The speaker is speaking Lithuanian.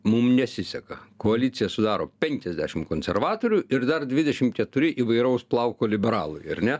mum nesiseka koaliciją sudaro penkiasdešim konservatorių ir dar dvidešim keturi įvairaus plauko liberalai ar ne